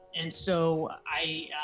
and so i,